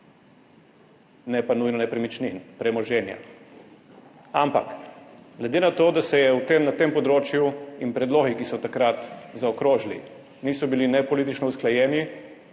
ne pa nujno nepremičnin, premoženja. Ampak glede na to, da se je o tem na tem področju … in predlogi, ki so takrat zaokrožili niso bili ne politično usklajeni,